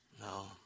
No